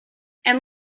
and